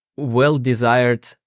well-desired